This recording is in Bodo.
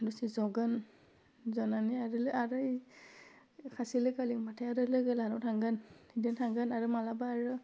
दसे जगोन जनानै आरो आरो सासे लोगोआ लिंबाथाय आरो लोगोलाहानाव थांगोन बिदिनो थांगोन आरो मालाबा आरो